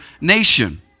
nation